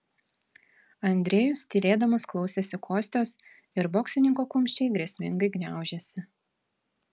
andrejus tylėdamas klausėsi kostios ir boksininko kumščiai grėsmingai gniaužėsi